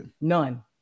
none